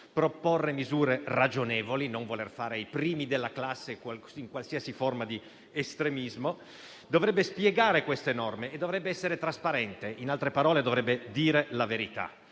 proporre misure ragionevoli, senza voler fare i primi della classe in qualsiasi forma di estremismo; dovrebbe spiegare queste norme e dovrebbe essere trasparente; in altre parole, dovrebbe dire la verità.